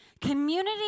Community